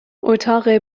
اتاق